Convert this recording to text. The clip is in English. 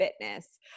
fitness